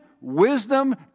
wisdom